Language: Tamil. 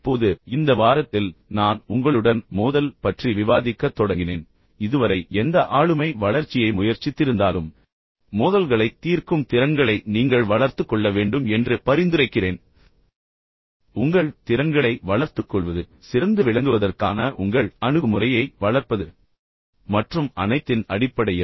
இப்போது இந்த வாரத்தில் நான் உங்களுடன் மோதல் பற்றி விவாதிக்கத் தொடங்கினேன் பின்னர் நீங்கள் இதுவரை எந்த ஆளுமை வளர்ச்சியை முயற்சித்திருந்தாலும் மோதல்களைத் தீர்க்கும் திறன்களை நீங்கள் வளர்த்துக் கொள்ள வேண்டும் என்று பரிந்துரைக்கிறேன் உங்கள் திறன்களை வளர்த்துக்கொள்வது சிறந்து விளங்குவதற்கான உங்கள் அணுகுமுறையை வளர்ப்பது மற்றும் அனைத்தின் அடிப்படையில்